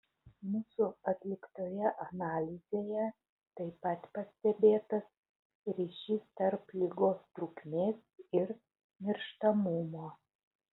mūsų atliktoje analizėje taip pat pastebėtas ryšys tarp ligos trukmės ir mirštamumo